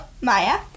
Maya